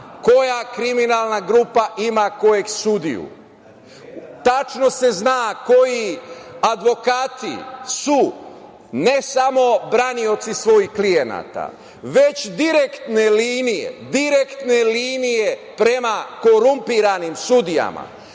koja kriminalna grupa ima kojeg sudiju, tačno se zna koji advokati su ne samo branioci svojih klijenata već direktne linije prema korumpiranim sudijama.